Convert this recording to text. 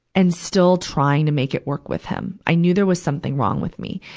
and still trying to make it work with him. i knew there was something wrong with me.